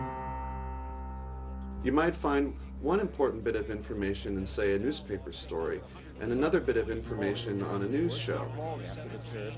you might find one important bit of information and say a newspaper story and another bit of information on a news show